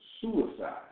suicide